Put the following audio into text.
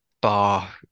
bar